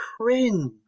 cringe